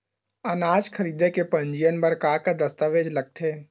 अनाज खरीदे के पंजीयन बर का का दस्तावेज लगथे?